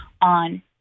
on